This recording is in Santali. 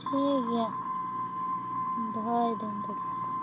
ᱴᱷᱤᱠ ᱜᱮᱭᱟ ᱫᱚᱦᱚᱭ ᱫᱟ ᱧ ᱛᱚᱵᱮ